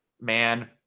Man